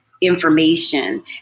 information